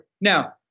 now